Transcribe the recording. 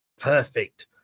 Perfect